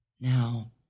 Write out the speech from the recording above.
Now